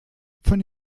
von